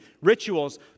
rituals